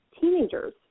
teenagers